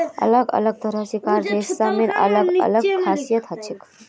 अलग अलग तरह कार रेशार अलग अलग खासियत हछेक